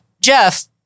Jeff